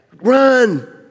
run